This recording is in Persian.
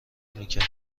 میکرد